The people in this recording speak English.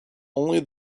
only